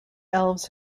elves